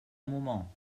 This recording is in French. moment